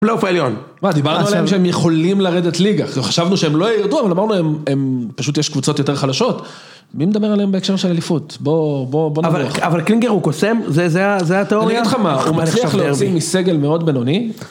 פליאוף העליון, דיברנו עליהם שהם יכולים לרדת ליגה, חשבנו שהם לא יירדו, אבל אמרנו הם פשוט יש קבוצות יותר חלשות, מי מדבר עליהם בהקשר של אליפות? בוא ננוח. אבל קלינגר הוא קוסם? זה התיאוריה? אני אגיד לך מה, הוא מצליח להוציא מסגל מאוד בינוני.